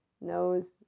knows